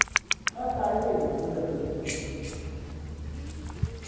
सताई तरीक दी बुकिंग करी ओड़ो मेरी तुसी